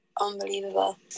unbelievable